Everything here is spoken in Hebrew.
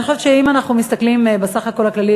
אני חושבת שאם אנחנו מסתכלים בסך הכול הכללי,